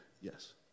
yes